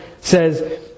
says